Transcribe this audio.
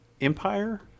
Empire